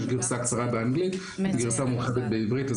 יש גרסה קצרה באנגלית וגרסה מורחבת בעברית,